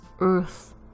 earth